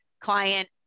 client